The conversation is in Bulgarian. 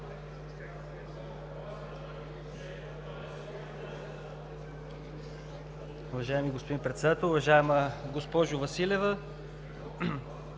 Уважаеми господин Председател! Уважаема госпожо Василева,